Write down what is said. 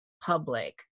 public